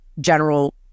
general